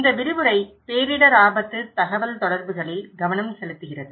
இந்த விரிவுரை பேரிடர் ஆபத்து தகவல்தொடர்புகளில் கவனம் செலுத்துகிறது